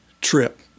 trip